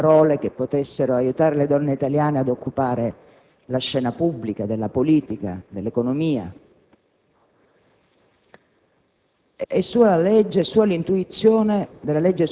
degli strumenti, delle strade, delle parole che potessero aiutare le donne italiane ad occupare la scena pubblica della politica, dell'economia.